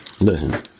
listen